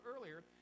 earlier